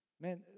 Man